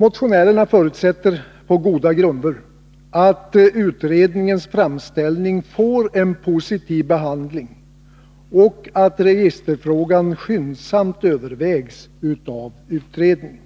Motionärerna förutsätter på goda grunder att utredningens framställning får en positiv behandling och att registerfrågan skyndsamt övervägs av utredningen.